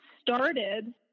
started